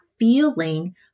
feeling